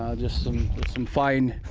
just some some fine